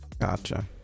gotcha